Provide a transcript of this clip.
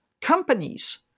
companies